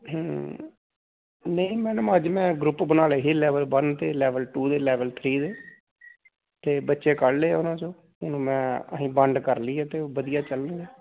ਨਹੀਂ ਮੈਡਮ ਅੱਜ ਮੈਂ ਗਰੁੱਪ ਬਣਾ ਲਏ ਸੀ ਲੈਵਲ ਵਨ ਅਤੇ ਲੈਵਲ ਟੂ ਦੇ ਲੈਵਲ ਥਰੀ ਦੇ ਅਤੇ ਬੱਚੇ ਕੱਢ ਲਏ ਉਹਨਾਂ 'ਚੋਂ ਹੁਣ ਮੈਂ ਅਸੀਂ ਵੰਡ ਕਰ ਲਈ ਹੈ ਅਤੇ ਵਧੀਆ ਚੱਲ ਰਿਹਾ